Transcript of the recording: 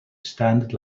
standard